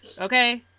Okay